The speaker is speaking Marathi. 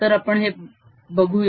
तर आपण हे बघूया